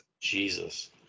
Jesus